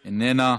איננה,